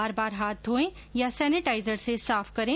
बार बार हाथ धोएं या सेनेटाइजर से साफ करें